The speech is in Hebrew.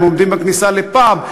הם עומדים בכניסה לפאב,